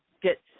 get